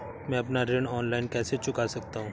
मैं अपना ऋण ऑनलाइन कैसे चुका सकता हूँ?